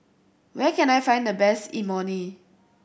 where can I find the best Imoni